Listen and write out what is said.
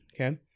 okay